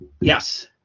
yes